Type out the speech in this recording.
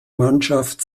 mannschaft